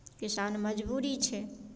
किसान मजबूरी छै